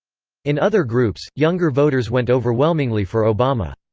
in other groups, younger voters went overwhelmingly for obama.